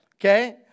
Okay